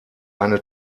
eine